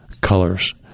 Colors